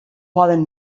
poden